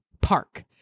Park